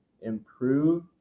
improve